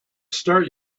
start